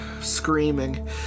screaming